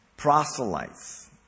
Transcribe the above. proselytes